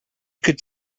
could